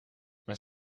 mijn